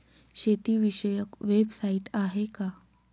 शेतीविषयक वेबसाइट आहे का?